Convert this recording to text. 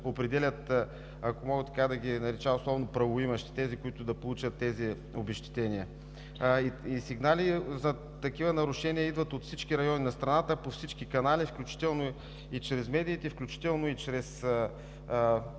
определят – ако мога да ги нарека основно правоимащи – тези, които получават обезщетения. Сигнали за такива нарушения идват от всички райони на страната по всички канали, включително и чрез медиите, включително и чрез